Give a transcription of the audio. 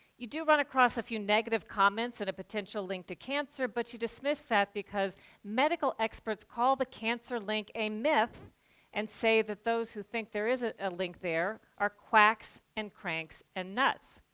you do run across a few negative comments and a potential link to cancer, but you dismiss that, because medical experts call the cancer link a myth and say that those who think there is a a link there are quacks, and cranks, and nuts.